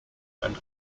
and